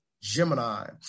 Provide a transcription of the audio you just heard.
Gemini